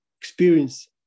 experience